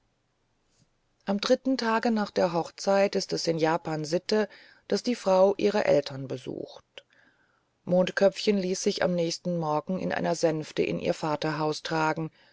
am dritten tage nach der hochzeit ist es in japan sitte daß die frau ihre eltern besucht mondköpfchen ließ sich am nächsten morgen in einer sänfte in ihr vaterhaus tragen